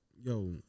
yo